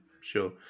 sure